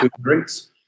drinks